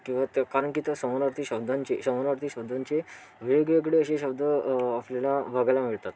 किंवा त्या कारण की त्या समानार्थी शब्दांचे समानार्थी शब्दांचे वेगवेगळे जे शब्द आपल्याला बघायला मिळतात